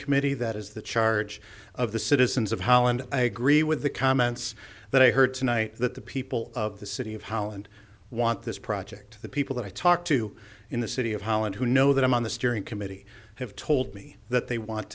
committee that is the charge of the citizens of holland i agree with the comments that i heard tonight that the people of the city of holland want this project the people that i talked to in the city of holland who know that i'm on the steering committee have told me that they want